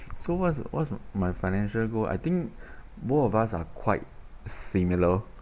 so what's what's my financial goal I think both of us are quite similar